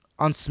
On